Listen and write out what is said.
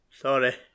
sorry